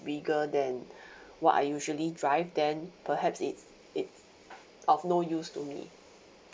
bigger than what I usually drive then perhaps it's it's of no use to me